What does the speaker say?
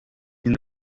sin